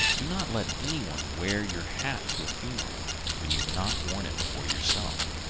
do not let any one wear your hat to a funeral when you've not worn it before yourself.